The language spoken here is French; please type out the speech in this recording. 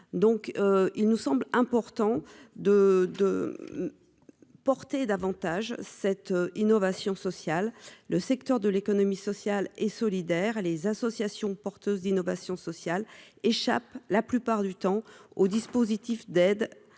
il nous semble important de de porter davantage cette innovation sociale : le secteur de l'économie sociale et solidaire et les associations porteuses d'innovation sociale échappent la plupart du temps au dispositif d'aide